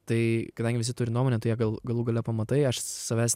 tai kadangi visi turi nuomonę tai jie gal galų gale pamatai aš savęs